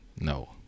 no